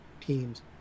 teams